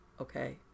okay